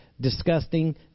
disgusting